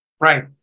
right